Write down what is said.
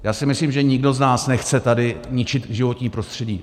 Já si myslím, že nikdo z nás nechce tady ničit životní prostředí.